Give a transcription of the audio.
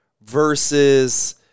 versus